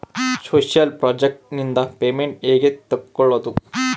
Social project ನಿಂದ payment ಹೆಂಗೆ ತಕ್ಕೊಳ್ಳದು?